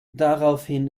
daraufhin